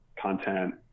content